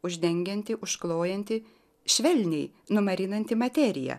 uždengianti užklojanti švelniai numarinanti materiją